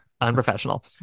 Unprofessional